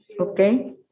Okay